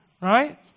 Right